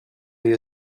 you